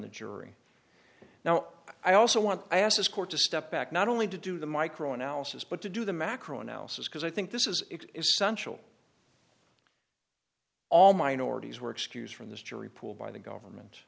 the jury now i also want i asked this court to step back not only to do the micro analysis but to do the macro analysis because i think this is essential all minorities were excused from this jury pool by the government